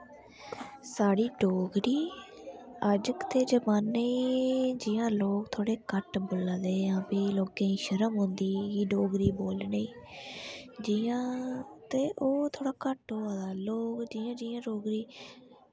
साढ़ी डोगरी अज्ज दे जमानै च जि'यां लोक थोह्ड़े घट्ट बोला दे जां फ्ही जि'यां लोकें गी शर्म औंदी कि डोगरी बोलने गी ते जि'यां ओह् थोह्ड़ा घट्ट होआ दा ते लोग जि'यां जि'यां डोगरी